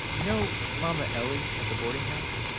know mama ellie at the boarding house?